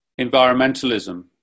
environmentalism